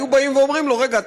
היו באים ואומרים לו: רגע,